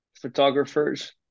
photographers